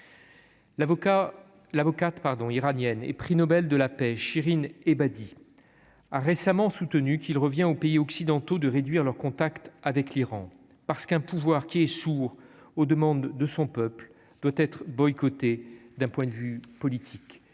l'avocate pardon iranienne et prix Nobel de la paix Shirin Ebadi a récemment soutenu qu'il revient aux pays occidentaux de réduire leurs contacts avec l'Iran parce qu'un pouvoir qui est sourd aux demandes de son peuple, doit être boycotté, d'un point de vue politique,